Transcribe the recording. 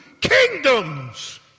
kingdoms